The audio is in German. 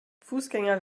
fußgänger